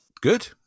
Good